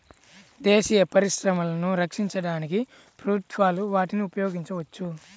దేశీయ పరిశ్రమలను రక్షించడానికి ప్రభుత్వాలు వాటిని ఉపయోగించవచ్చు